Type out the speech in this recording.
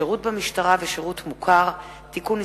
(שירות במשטרה ושירות מוכר) (תיקון מס'